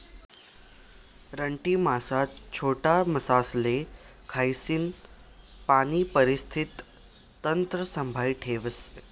रानटी मासा छोटा मासासले खायीसन पाणी परिस्थिती तंत्र संभाई ठेवतस